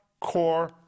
core